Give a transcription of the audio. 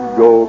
go